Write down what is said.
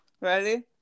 Ready